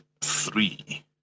Three